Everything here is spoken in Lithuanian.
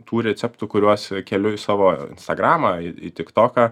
tų receptų kuriuos keliu į savo instagramą į tiktoką